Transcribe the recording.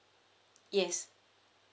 yes